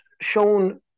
shown